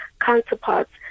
counterparts